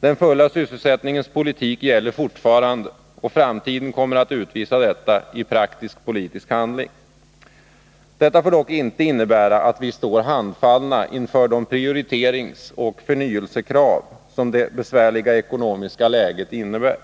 Den fulla sysselsättningens politik gäller fortfarande, och framtiden kommer att utvisa detta i praktisk politisk handling. Detta får dock inte innebära att vi står handfallna inför de prioriteringsoch förnyelsekrav som det besvärliga ekonomiska läget innebär.